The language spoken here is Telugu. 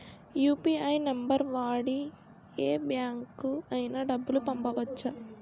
యు.పి.ఐ నంబర్ వాడి యే బ్యాంకుకి అయినా డబ్బులు పంపవచ్చ్చా?